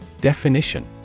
Definition